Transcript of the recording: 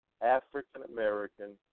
African-American